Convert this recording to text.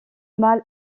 mâle